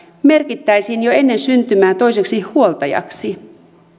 merkittäisiin jo ennen syntymää toiseksi huoltajaksi